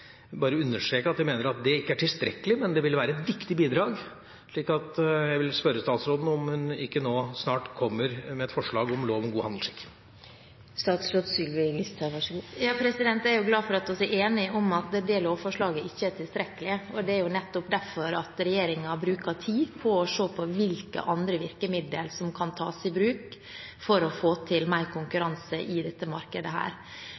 understreke at jeg mener at det ikke er tilstrekkelig, men det ville være et viktig bidrag. Så jeg vil spørre statsråden om hun ikke nå snart kommer med et forslag til lov om god handelsskikk. Jeg er glad for at vi er enige om at det lovforslaget ikke er tilstrekkelig, og det er jo nettopp derfor regjeringen bruker tid på å se på hvilke andre virkemidler som kan tas i bruk for å få til mer konkurranse i dette markedet.